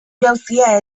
jauzia